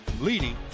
leading